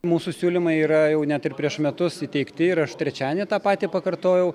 mūsų siūlymai yra jau net ir prieš metus įteikti ir aš trečiadienį tą patį pakartojau